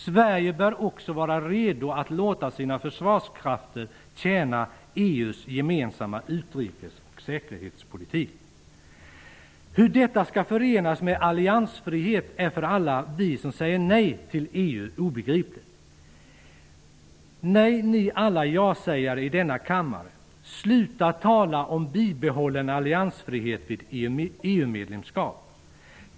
Sverige bör också vara redo att låta sina försvarskrafter tjäna EU:s gemensamma utrikesoch säkerhetspolitik.'' Hur detta skall förenas med alliansfrihet är för oss alla som säger nej till EU obegripligt. Nej, alla ni ja-sägare i denna kammare: Sluta tala om bibehållen alliansfrihet vid EU-medlemskap!